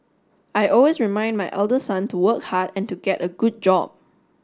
I always remind my elder son to work hard and to get a good job